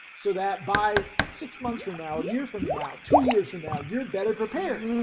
so that by six months from now, a year from now, two years from now, you're better prepared.